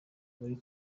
muri